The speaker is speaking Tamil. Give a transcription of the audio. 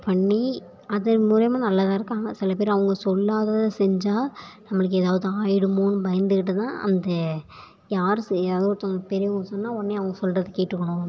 பண்ணி அது மூலிமா நல்லா தான் இருக்காங்க சில பேர் அவங்க சொல்லாததை செஞ்சா நம்மளுக்கு ஏதாவது ஆகிடுமோனு பயந்துக்கிட்டு தான் அந்த யார் சொ யாராவது ஒருத்தவங்க பெரியவங்க சொன்னா உடனே அவங்க சொல்லுறத கேட்டுக்கணும்